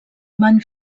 van